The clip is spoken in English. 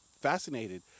fascinated